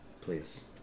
Please